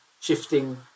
shifting